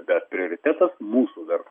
bet prioritetas mūsų darbai